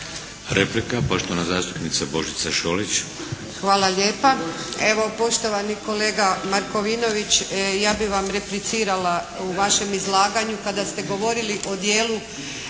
Replika, poštovana zastupnica Božica Šolić. **Šolić, Božica (HDZ)** Hvala lijepa. Evo poštovani kolega Markovinović ja bih vam replicirala u vašem izlaganju kada ste govorili o dijelu